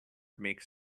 makes